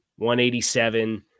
187